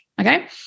okay